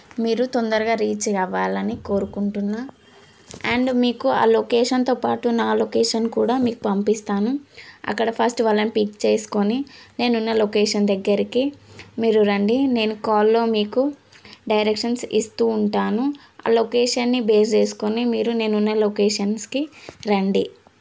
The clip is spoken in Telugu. మీరు తొందరగా రీచ్ అవ్వాలని కోరుకుంటున్నాను అండ్ మీకు ఆ లొకేషన్తో పాటు నా లొకేషన్ కూడా మీకు పంపిస్తాను అక్కడ ఫస్ట్ వాళ్ళని పిక్ చేసుకొని నేను ఉన్న లొకేషన్ దగ్గరికి మీరు రండి నేను కాల్లో మీకు డైరెక్షన్స్ ఇస్తూ ఉంటాను ఆ లొకేషన్ని బేస్ చేసుకొని మీరు నేను ఉన్న లొకేషన్స్కి రండి